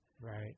Right